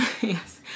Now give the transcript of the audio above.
yes